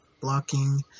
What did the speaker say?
blocking